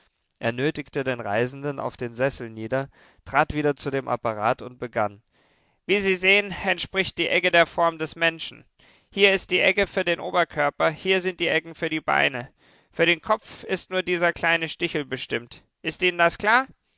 er nötigte den reisenden auf den sessel nieder trat wieder zu dem apparat und begann wie sie sehen entspricht die egge der form des menschen hier ist die egge für den oberkörper hier sind die eggen für die beine für den kopf ist nur dieser kleine stichel bestimmt ist ihnen das klar